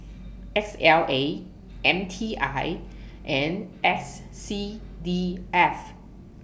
S L A M T I and S C V F